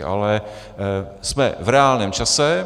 Ale jsme v reálném čase.